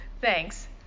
Thanks